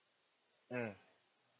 mm